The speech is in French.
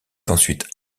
ensuite